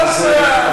האדמה שניתנה לנו,